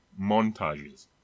montages